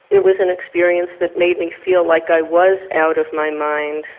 it was an experience that made me feel like i was out of my mind.